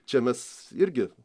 čia mes irgi